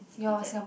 is that